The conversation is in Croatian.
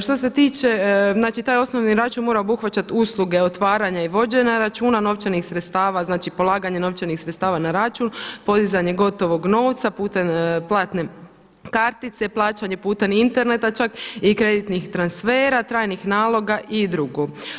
Što se tiče, znači taj osnovni račun mora obuhvaćati usluge otvaranja i vođenja računa, novčanih sredstava, znači polaganje novčanih sredstava na račun, podizanje gotovog novca putem platne kartice, plaćanje putem interneta čak i kreditnih transfera, trajnih naloga i drugo.